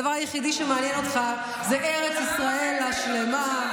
הדבר היחידי שמעניין אותך זה ארץ ישראל השלמה.